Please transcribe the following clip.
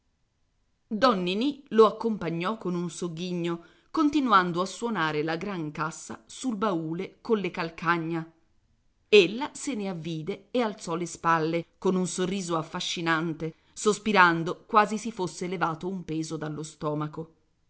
don ninì lo accompagnò con un sogghigno continuando a suonare la gran cassa sul baule colle calcagna ella se ne avvide e alzò le spalle con un sorriso affascinante sospirando quasi si fosse levato un peso dallo stomaco